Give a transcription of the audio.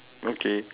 okay